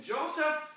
Joseph